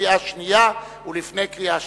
הקריאה השנייה ולפני הקריאה השלישית.